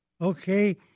Okay